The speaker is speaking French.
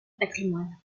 patrimoine